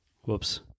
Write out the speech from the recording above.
Whoops